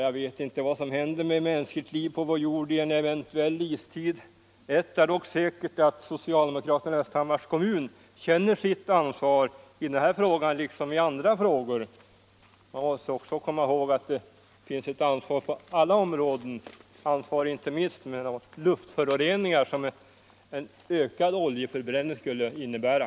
Jag vet inte vad som händer med mänskligt liv på vår jord vid en eventuell istid. Ett är dock säkert: Socialdemokraterna i Östhammars kommun känner sitt ansvar i den här frågan liksom i andra frågor. Man måste också komma ihåg att det finns ett ansvar på alla områden, inte minst för de luftföroreningar som en ökad oljeförbränning skulle innebära.